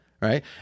Right